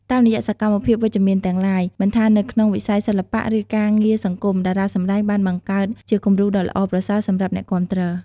តាមរយៈសកម្មភាពវិជ្ជមានទាំងឡាយ មិនថានៅក្នុងវិស័យសិល្បៈ ឬការងារសង្គម តារាសម្ដែងបាន បង្កើតជាគំរូដ៏ល្អប្រសើរ សម្រាប់អ្នកគាំទ្រ។